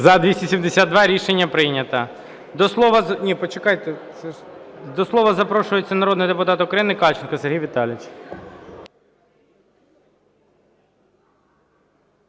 За-272 Рішення прийнято. До слова запрошується народний депутат України Кальченко Сергій Віталійович.